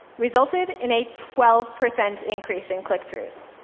resulted in a twelve percent increase in click-throughs.